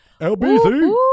LBC